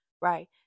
right